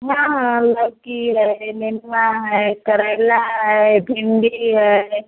हाँ हाँ लौकी है नेनुआ है करेला है भिंडी है